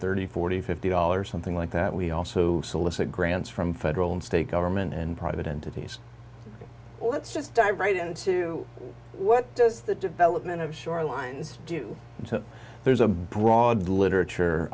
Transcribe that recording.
thirty forty fifty dollars something like that we also solicit grants from federal and state government and private entities let's just dive right into what does the development of shorelines do to there's a broad literature